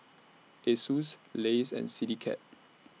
Asus Lays and Citycab